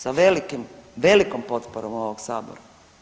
Sa velikim, velikom potporom ovog Sabora.